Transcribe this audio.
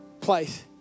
place